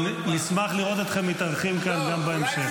נשמח לראות אתכם מתארחים כאן גם בהמשך.